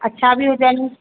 अछा बि हुजनि